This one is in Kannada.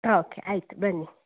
ಓಕೆ ಆಯಿತು ಬನ್ನಿ